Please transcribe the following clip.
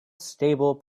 stable